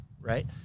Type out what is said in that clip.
right